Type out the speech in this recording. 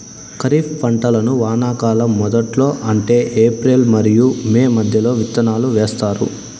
ఖరీఫ్ పంటలను వానాకాలం మొదట్లో అంటే ఏప్రిల్ మరియు మే మధ్యలో విత్తనాలు వేస్తారు